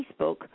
Facebook